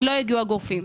לא הגיעו הגופים.